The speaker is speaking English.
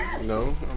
No